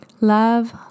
Love